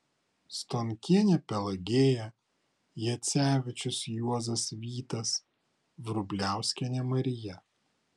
stonkienė pelagėja jacevičius juozas vytas vrubliauskienė marija